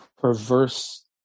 perverse